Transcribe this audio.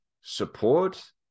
support